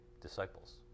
disciples